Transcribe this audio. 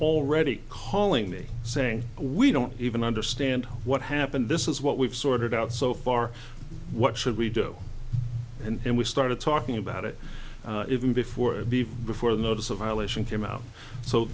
already calling me saying we don't even understand what happened this is what we've sorted out so far what should we do and we started talking about it even before before before the notice of violation came out so